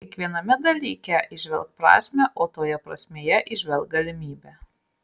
kiekviename dalyke įžvelk prasmę o toje prasmėje įžvelk galimybę